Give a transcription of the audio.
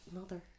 mother